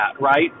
right